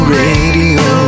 radio